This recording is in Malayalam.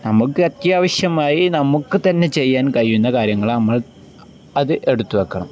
നമുക്ക് അത്യാവശ്യമായി നമുക്കു തന്നെ ചെയ്യാൻ കഴിയുന്ന കാര്യങ്ങള് നമ്മൾ അത് എടുത്തുവയ്ക്കണം